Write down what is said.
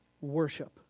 worship